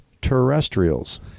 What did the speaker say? terrestrials